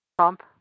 Trump